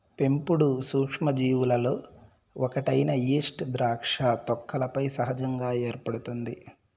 పెంపుడు సూక్ష్మజీవులలో ఒకటైన ఈస్ట్ ద్రాక్ష తొక్కలపై సహజంగా ఏర్పడుతుంది